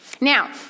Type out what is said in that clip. Now